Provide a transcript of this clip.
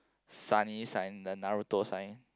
sunny sign the Naruto sign